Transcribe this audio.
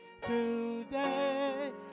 today